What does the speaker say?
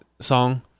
song